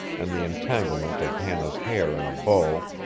and the entanglement of hannah's hair in a bough,